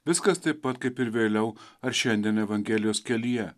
viskas taip pat kaip ir vėliau ar šiandien evangelijos kelyje